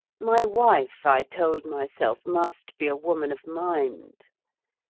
my wife, i told myself, must be a woman of mind.